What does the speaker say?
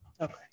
okay